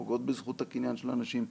שפוגעות בזכות הקניין של אנשים,